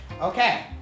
Okay